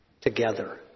together